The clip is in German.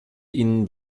ihnen